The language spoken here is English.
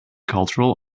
cultural